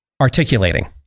articulating